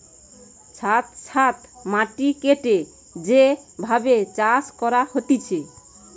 ছাদ ছাদ মাটি কেটে যে ভাবে চাষ করা হতিছে